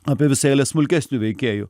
apie visą eilę smulkesnių veikėjų